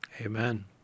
Amen